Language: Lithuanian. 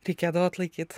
reikėdavo atlaikyt